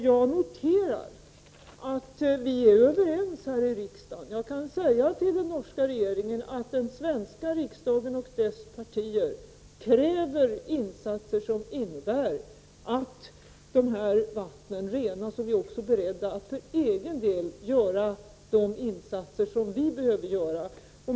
Jag noterar att vi är överens här i riksdagen, och jag kan säga till den norska regeringen att den svenska riksdagen och dess partier kräver insatser som innebär att de här vattnen renas och att vi är beredda att för egen del göra de insatser som är nödvändiga.